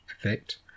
effect